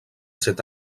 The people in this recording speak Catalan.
set